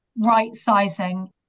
right-sizing